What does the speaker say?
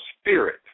spirit